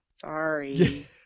Sorry